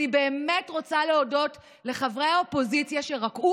אני באמת רוצה להודות לחברי האופוזיציה שרקעו